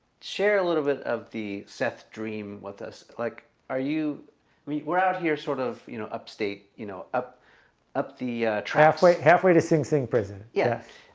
share a little bit of the seth dream with us like are you i mean we're out here sort of, you know, upstate, you know up up the traffic halfway to sing-sing prison. yeah